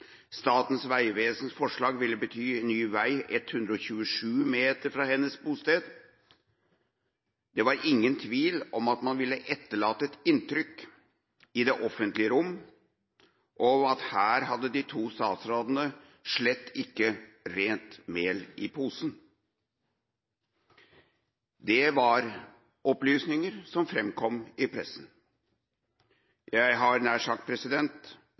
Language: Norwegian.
Statens vegvesens forslag ville bety ny vei 127 meter fra hennes bosted. Det var ingen tvil om at man ville etterlate et inntrykk i det offentlige rom av at her hadde de to statsrådene slett ikke rent mel i posen. Det var opplysninger som framkom i pressen. Jeg hadde nær sagt